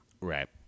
Right